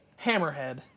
hammerhead